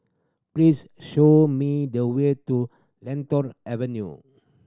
please show me the way to Lentor Avenue